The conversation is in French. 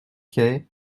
quai